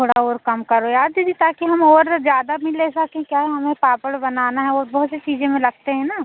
थोड़ा और कम करो यार दीदी ताकि हम और ज़्यादा भी ले सकें क्या है हमें पापड़ बनाना है और बहुत से चीज़ों में लगते हैं ना